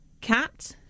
Cat